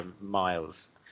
miles